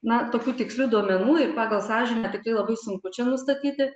na tokių tikslių duomenų ir pagal sąžinę tikrai labai sunku čia nustatyti